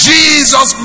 Jesus